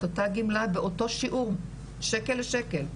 את אותה גמלה באותו שיעור שקל לשקל.